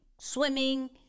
Swimming